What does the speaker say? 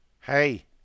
Hey